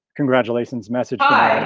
congratulations message. hi,